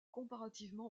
comparativement